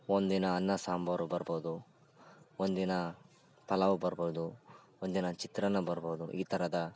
ಒಂದಿನ ಅನ್ನ ಸಾಂಬಾರು ಬರ್ಬೋದು ಒಂದಿನ ಪಲಾವ್ ಬರ್ಬೋದು ಒಂದಿನ ಚಿತ್ರಾನ್ನ ಬರ್ಬೋದು ಈ ಥರದ